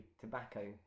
tobacco